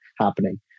happening